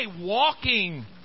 walking